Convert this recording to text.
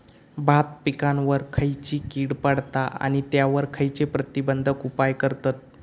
भात पिकांवर खैयची कीड पडता आणि त्यावर खैयचे प्रतिबंधक उपाय करतत?